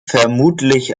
vermutlich